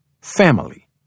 Family